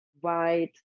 white